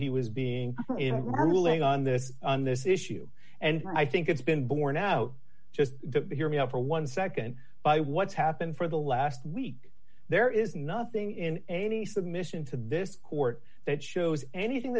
he was being in ruling on this on this issue and i think it's been borne out just to hear me out for one second by what's happened for the last week there is nothing in any submission to this court that shows anything